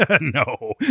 No